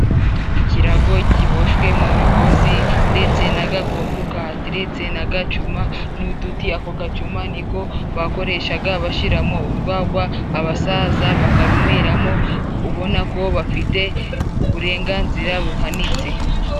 Ikirago kiboshywe mu migozi ndetse n'agakoko kateretse na gacuma n'uduti, ako gacuma niko bakoreshaga bashiramo urwagwa abasaza bakarunyweramo. Ubona ko bafite uburenganzira buhanitse.